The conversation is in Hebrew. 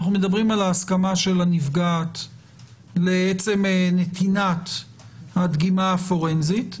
אנחנו מדברים על ההסכמה של הנפגעת לעצם נתינת הדגימה הפורנזית,